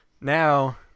now